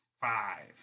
Five